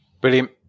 Brilliant